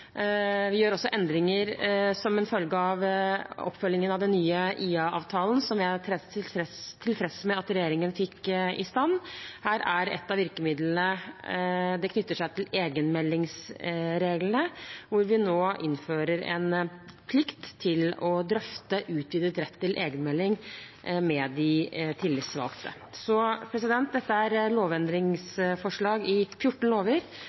Vi gjør også endringer som en følge av oppfølgingen av den nye IA-avtalen, som jeg er tilfreds med at regjeringen fikk i stand. Et av virkemidlene knytter seg til egenmeldingsreglene, hvor vi nå innfører en plikt til å drøfte utvidet rett til egenmelding med de tillitsvalgte. Dette er lovendringsforslag for 14 lover.